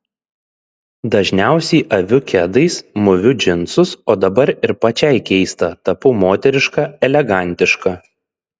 dažniausiai aviu kedais mūviu džinsus o dabar ir pačiai keista tapau moteriška elegantiška